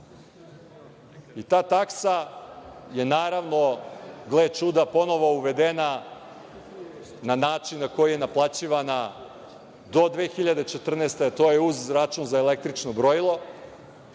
taksa je, naravno, gle čuda, ponovo uvedena na način na koji je naplaćivana do 2014. godine, a to je uz račun za električno brojilo,